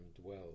dwell